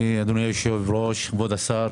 אדוני היושב-ראש, כבוד השר.